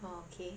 okay